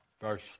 verse